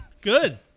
Good